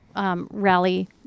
rally